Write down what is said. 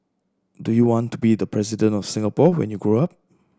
do you want to be the President of Singapore when you grow up